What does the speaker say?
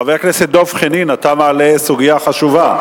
חבר הכנסת דב חנין, אתה מעלה סוגיה חשובה,